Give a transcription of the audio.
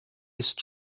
ist